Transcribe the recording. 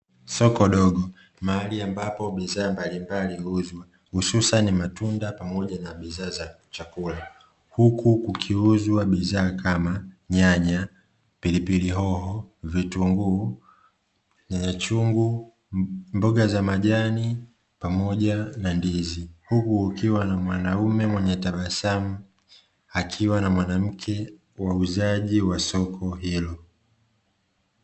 Soko dogo mahali ambapo bidhaa mbalimbali huuzwa hususani matunda na bidhaa za chakula huku kukiwa na bidhaa kama nyanya, pilipili hoho, vitunguu, nyanya chungu, mboga za majani pamoja na ndizi huku kukiwa na mwanaume mwenyw tabasamu akiwa na mwanamke wauzaji wa soko hilo.